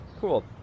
cool